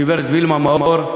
גברת וילמה מאור,